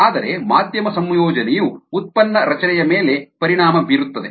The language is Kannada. ಆದರೆ ಮಾಧ್ಯಮ ಸಂಯೋಜನೆಯು ಉತ್ಪನ್ನ ರಚನೆಯ ಮೇಲೆ ಪರಿಣಾಮ ಬೀರುತ್ತದೆ